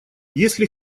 если